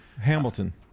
Hamilton